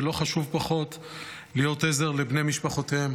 ולא פחות חשוב, להיות עזר לבני משפחותיהם.